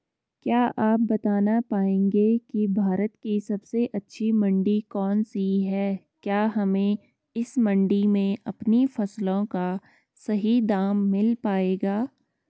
क्या आप बताना पाएंगे कि भारत की सबसे अच्छी मंडी कौन सी है क्या हमें इस मंडी में अपनी फसलों का सही दाम मिल पायेगा?